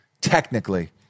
technically